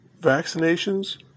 vaccinations